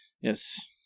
Yes